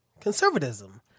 conservatism